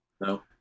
No